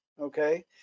okay